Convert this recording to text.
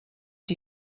die